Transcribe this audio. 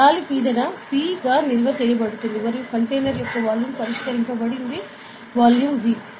గాలి పీడన P గా నిల్వ చేయబడుతుంది మరియు కంటైనర్ యొక్క వాల్యూమ్ పరిష్కరించబడింది వాల్యూమ్ V